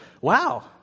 wow